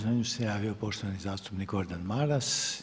Za nju se javio poštovani zastupnik Gordan Maras.